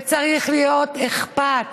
וצריך להיות אכפת,